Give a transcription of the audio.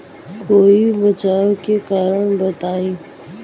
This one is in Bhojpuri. कोई बचाव के कारण बताई?